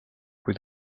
kui